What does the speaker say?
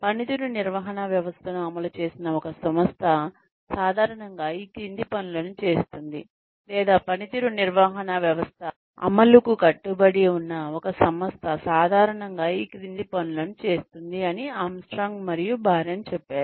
పనితీరు నిర్వహణ వ్యవస్థను అమలు చేసిన ఒక సంస్థ సాధారణంగా ఈ క్రింది పనులను చేస్తుంది లేదా పనితీరు నిర్వహణ వ్యవస్థ అమలుకు కట్టుబడి ఉన్న ఒక సంస్థ సాధారణంగా ఈ క్రింది పనులను చేస్తుంది అని ఆర్మ్స్ట్రాంగ్ మరియు బారన్ చెప్పారు